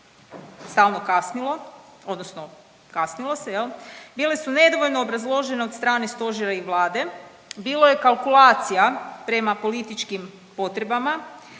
stalno kasnilo odnosno kasnilo se jel. Bile su nedovoljno obrazložene od strane Stožera i Vlade. Bilo je kalkulacija prema političkim potrebama,